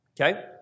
Okay